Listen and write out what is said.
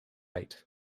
eight